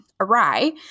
awry